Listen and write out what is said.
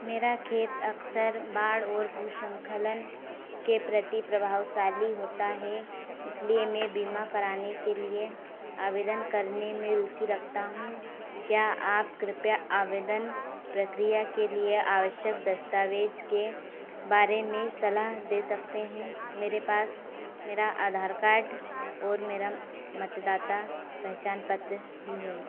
मेरा खेत अक्सर बाढ़ और भूस्खलन के प्रति प्रभावशाली होता है इसलिए मैं बीमा कराने के लिए आवेदन करने में रुचि रखता हूँ क्या आप कृपया आवेदन प्रक्रिया के लिए आवश्यक दस्तावेज़ के बारे में सलाह दे सकते हैं मेरे पास मेरा आधार कार्ड और मेरा मतदाता पहचान पत्र भी है